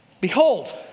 Behold